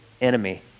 enemy